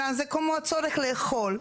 אלא זה כמו צורך לאכול,